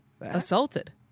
assaulted